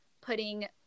putting